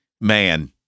man